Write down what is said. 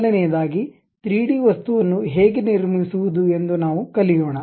ಮೊದಲನೆಯದಾಗಿ 3D ವಸ್ತುವನ್ನು ಹೇಗೆ ನಿರ್ಮಿಸುವುದು ಎಂದು ನಾವು ಕಲಿಯೋಣ